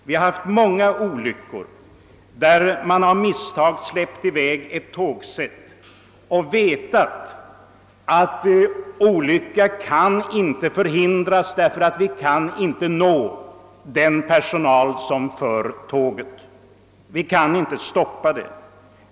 Det har förekommit många olyckor, där ett tågsätt av misstag släppts i väg och där man vetat att olyckan inte kunnat förhindras därför att man inte kunnat nå prsonalen på tåget och stoppa detta.